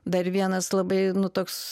dar vienas labai nu toks